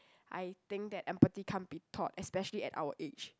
I think that empathy can't be taught especially at our age